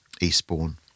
Eastbourne